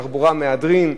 תחבורת מהדרין.